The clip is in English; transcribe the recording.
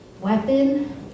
weapon